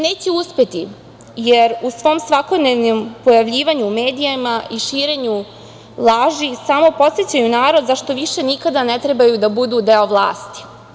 Neće uspeti, jer u svom svakodnevnom pojavljivanju u medijima i širenju laži samo podsećaju narod zašto više nikada ne trebaju da budu deo vlasti.